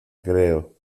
creo